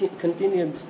continued